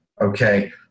Okay